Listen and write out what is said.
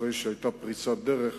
אחרי שהיתה פריצת דרך,